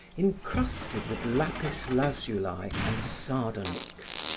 incrusted with lapis lazuli and sardonyx,